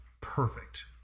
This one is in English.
perfect